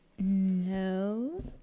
No